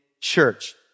church